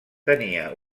tenia